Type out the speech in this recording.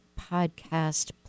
podcast